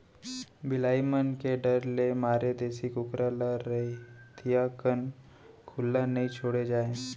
बिलाई मन के डर के मारे देसी कुकरी ल रतिहा कन खुल्ला नइ छोड़े जाए